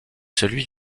celui